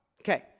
Okay